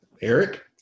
Eric